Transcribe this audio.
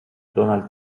donald